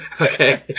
Okay